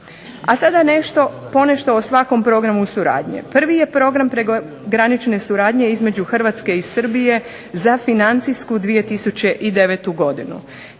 A sada nešto, ponešto o svakom programu suradnju. Prvi je program prekogranične suradnje između Hrvatske i Srbije, za financijsku 2009. godinu.